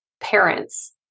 parents